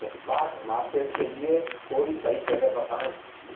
spot market के लिए कोई सही जगह बताएं